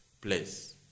place